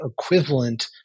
equivalent